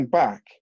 back